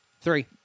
three